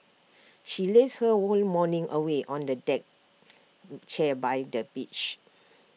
she lazed her whole morning away on the deck chair by the beach